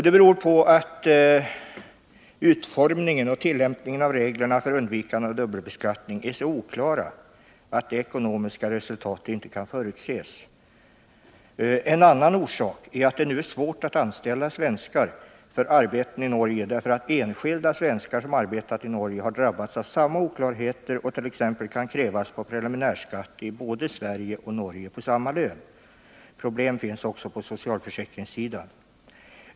Detta beror på att utformningen och tillämpningen av reglerna för undvikande av dubbelbeskattning är så oklara att det ekonomiska resultatet inte kan förutses. En annan orsak är att det nu är svårt att anställa svenskar för arbete i Norge, därför att enskilda svenskar som arbetat i Norge har drabbats av samma oklarheter och t.ex. krävts på preliminärskatt i både Sverige och Norge på samma lön. Problem finns också på socialförsäkringssidan.